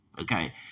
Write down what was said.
okay